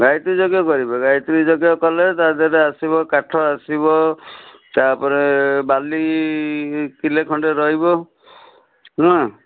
ଗାୟତ୍ରୀ ଯଜ୍ଞ କରିବେ ଗାୟତ୍ରୀ ଯଜ୍ଞ କଲେ ତା' ଦେହରେ ଆସିବ କାଠ ଆସିବ ତା'ପରେ ବାଲି କିଲୋ ଖଣ୍ଡେ ରହିବ ନୁହଁ